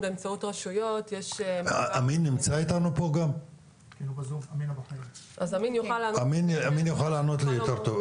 אמין יוכל לענות לך יותר טוב.